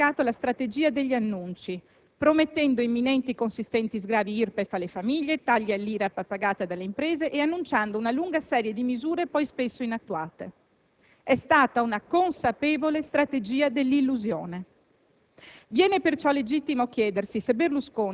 I DPEF della passata legislatura hanno applicato la strategia degli annunci, promettendo imminenti e consistenti sgravi IRPEF alle famiglie, tagli all'IRAP pagata dalle imprese e annunciando una lunga serie di misure spesso poi inattuate. È stata una consapevole strategia dell'illusione.